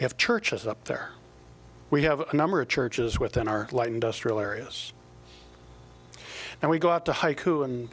have churches up there we have a number of churches within our light industrial areas and we go out to haik